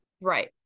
right